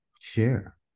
share